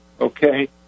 Okay